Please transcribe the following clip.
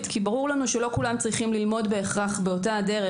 כי ברור לנו שלא כולם צריכים ללמוד בהכרח באותה דרך.